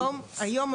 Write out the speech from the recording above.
היום,